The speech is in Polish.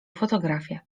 fotografię